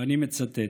ואני מצטט: